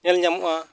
ᱧᱮᱞ ᱧᱟᱢᱚᱜᱼᱟ